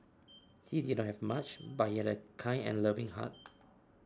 he did not have much but he had a kind and loving heart